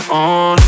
on